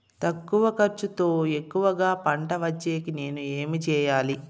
తక్కువ ఖర్చుతో ఎక్కువగా పంట వచ్చేకి నేను ఏమి చేయాలి?